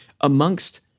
amongst